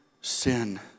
sin